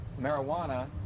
marijuana